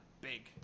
big